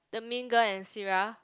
the mean girl and Sierra